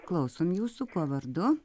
klausom jūsų kuo vardu